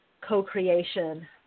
co-creation